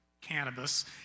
cannabis